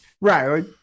right